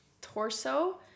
torso